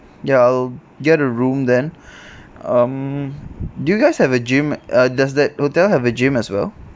ya I'll get a room then um do you guys have a gym uh does that hotel have a gym as well